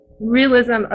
realism